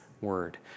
word